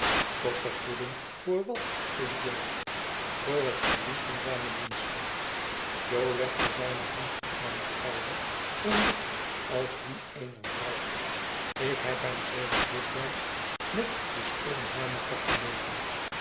tot vergoeding voor wat vroeg jo voor het verlies van zijne diensten jo legde zijne hand op mijn schouder zoo licht als die eener vrouw ik heb hem sedert dikwijls met den stoomhamer vergeleken